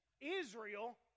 Israel